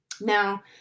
Now